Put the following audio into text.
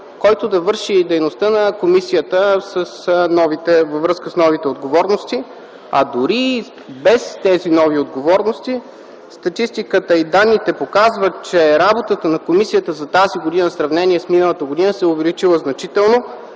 който да върши и дейността на комисията във връзка с новите отговорности, а дори и без тези нови отговорности, статистиката и данните показват, че работата на комисията за тази година, в сравнение с миналата година, се е увеличила значително.